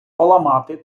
поламати